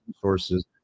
sources